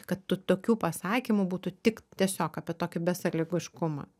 kad tų tokių pasakymų būtų tik tiesiog apie tokį besąlygiškumą